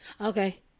Okay